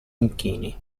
inchini